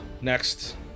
next